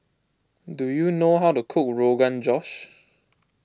do you know how to cook Rogan Josh